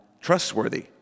trustworthy